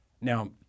Now